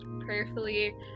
prayerfully